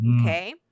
Okay